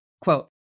Quote